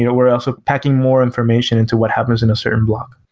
you know we're also packing more information into what happens in a certain block.